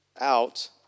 out